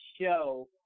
show